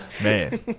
Man